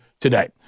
today